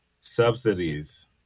subsidies